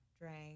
drank